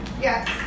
Yes